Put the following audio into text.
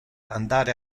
andare